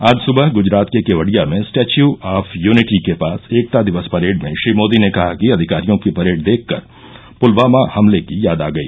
आज सुबह गुजरात के केवडिया में स्टैच्यू ऑफ यूनिटी के पास एकता दिक्स परेड में श्री मोदी ने कहा कि अधिकारियों की परेड देखकर पुलवामा हमले को याद आ गई